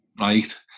right